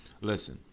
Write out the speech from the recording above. Listen